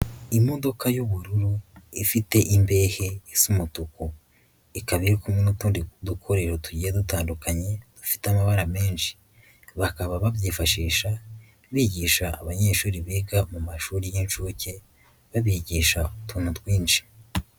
Imodoka y'ubururu ifite imbehe isa umutuku, ikaba iri kumwe n'utundi dukoresho tugiye dutandukanye dufite amabara menshi, bakaba babyifashisha bigisha abanyeshuri biga mu mashuri y'inshuke babigisha utuntu twinshi.